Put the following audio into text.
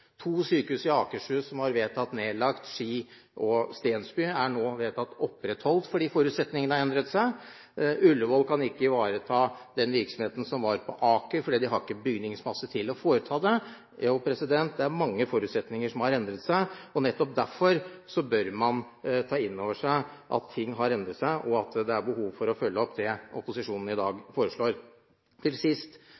To sykehus i Akershus som var vedtatt nedlagt, Ski og Stensby, er nå vedtatt opprettholdt fordi forutsetningene har endret seg. Ullevål kan ikke ivareta den virksomheten som var på Aker, fordi de ikke har bygningsmasse til det. Det er mange forutsetninger som har endret seg. Nettopp derfor bør man ta inn over seg at ting har endret seg, og at det er behov for å følge opp det opposisjonen i dag